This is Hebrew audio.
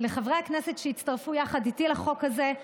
לחברי הכנסת שהצטרפו יחד איתי לחוק הזה,